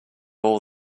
all